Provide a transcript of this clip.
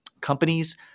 companies